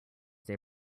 they